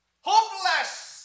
Hopeless